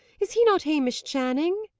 is he not hamish channing?